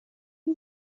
این